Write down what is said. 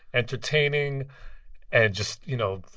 entertaining and just, you know,